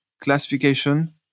classification